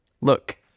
Look